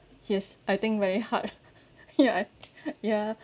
yes I think very hard you know yeah ya